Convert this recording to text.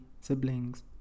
siblings